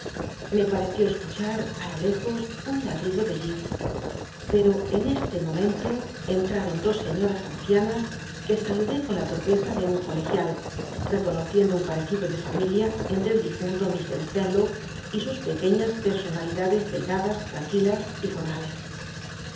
me parcció escu h ll i lo lejos un ladrido de j ip j cro en este momento cntraron dos seiioras ancianas que saludé con la to r pcza de un colegial reconociendo un parccido de fam ilia en tre el difunlo mr spcnlow y sus pcquciias pcrsonalidadcs delgadas tranquilas y formales